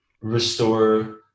restore